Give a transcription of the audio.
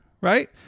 right